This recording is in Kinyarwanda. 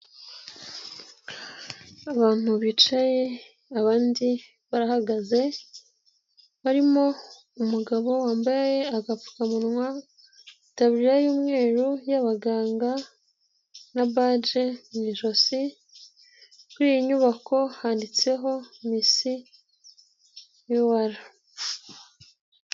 Abantu bicaye abandi barahagaze barimo umugabo wambaye agapfukamunwa, itaburiya y'umweru y'abaganga na baje mu ijosi kuri iyi nyubako handitseho MIS UR.